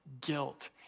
guilt